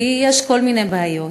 כי יש כל מיני בעיות.